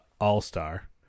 all-star